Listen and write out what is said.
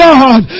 God